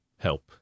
Help